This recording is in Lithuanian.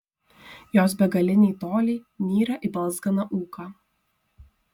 jos begaliniai toliai nyra į balzganą ūką